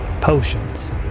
Potions